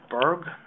Berg